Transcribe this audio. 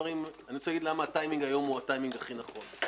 אני רוצה להגיד למה הטיימינג היום הוא הטיימינג הכי נכון.